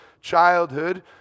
childhood